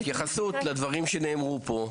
התייחסות לדברים שנאמרו פה.